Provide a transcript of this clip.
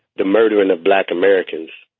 the murder and of black americans.